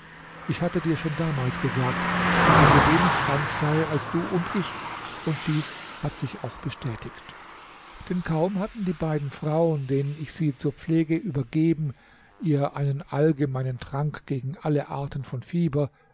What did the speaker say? ich hatte dir schon damals gesagt daß sie so wenig krank sei als du und ich und dies hat sich auch bestätigt denn kaum hatten die beiden frauen denen ich sie zur pflege übergeben ihr einen allgemeinen trank gegen alle arten von fieber